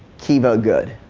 kiva good.